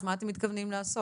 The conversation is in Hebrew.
אז מה אתם מתכוונים לעשות?